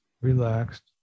relaxed